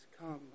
come